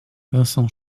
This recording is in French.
vincent